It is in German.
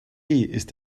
ist